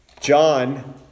John